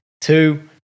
two